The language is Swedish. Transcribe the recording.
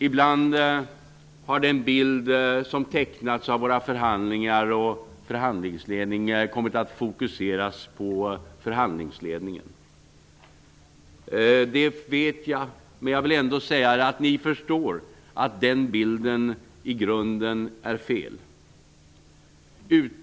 Ibland har den bild som tecknats av förhandlingarna och förhandlingsledningen kommit att fokuseras på förhandlingsledningen. Det vet jag, men ni förstår säkert att den bilden i grunden är felaktig.